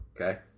okay